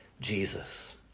Jesus